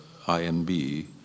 IMB